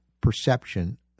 perception